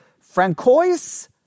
Francois